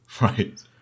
right